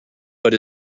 but